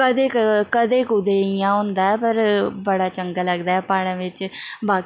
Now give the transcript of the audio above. कदें कदें कुदै इ'यां होंदा ऐ पर बड़ा चंगा लगदा ऐ प्हाड़ें बिच्च बाकी